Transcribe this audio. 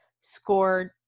scored